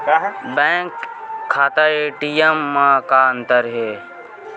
Bank खाता ATM मा का अंतर हे?